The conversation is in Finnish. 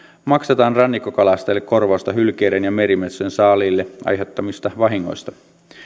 maksetaan rannikkokalastajille korvausta hylkeiden ja merimetsojen saaliille aiheuttamista vahingoista